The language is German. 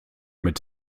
mit